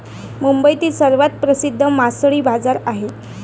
मुंबईतील सर्वात प्रसिद्ध मासळी बाजार आहे